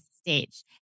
stage